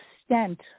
extent